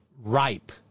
ripe